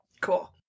Cool